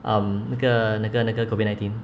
um 那个那个那个 COVID nineteen